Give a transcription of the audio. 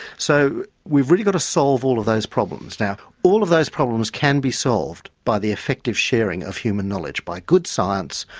so we've really go to solve all of those problems. so all of those problems can be solved by the effect of sharing of human knowledge, by good science,